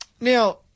Now